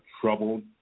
troubled